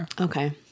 Okay